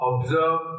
observe